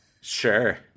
Sure